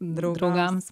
drau draugams